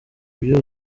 ibyo